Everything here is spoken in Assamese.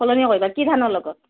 সলনি কৰিবা কি ধানৰ লগত